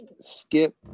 Skip